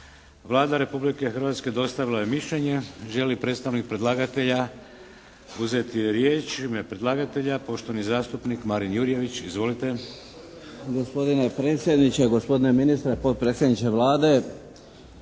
Vlada Republike Hrvatske dostavila je mišljenje. Želi li predstavnik predlagatelja uzeti riječ? U ime predlagatelja poštovani zastupnik Marin Jurjević. Izvolite. **Jurjević, Marin (SDP)** Gospodine predsjedniče, gospodine ministre, potpredsjedniče Vlade,